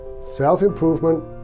self-improvement